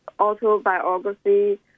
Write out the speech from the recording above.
autobiography